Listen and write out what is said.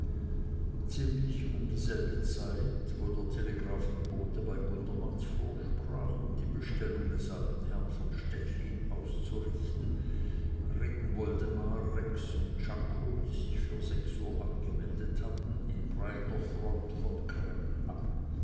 ziemlich um dieselbe zeit wo der telegraphenbote bei gundermanns vorsprach um die bestellung des alten herrn von stechlin auszurichten ritten woldemar rex und czako die sich für sechs uhr angemeldet hatten in breiter front von cremmen ab